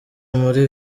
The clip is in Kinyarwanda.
muri